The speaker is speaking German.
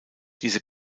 diese